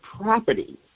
property